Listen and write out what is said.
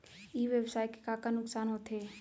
ई व्यवसाय के का का नुक़सान होथे?